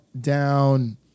down